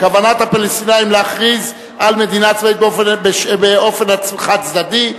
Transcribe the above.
כוונת הפלסטינים להכריז על מדינה עצמאית באופן חד-צדדי,